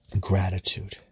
Gratitude